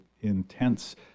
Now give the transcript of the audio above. intense